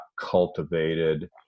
cultivated